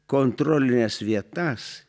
kontrolines vietas